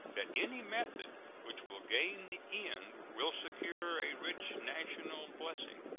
that any method which will gain the end will secure a rich national blessing.